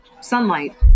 sunlight